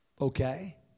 Okay